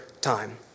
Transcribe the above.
time